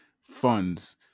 funds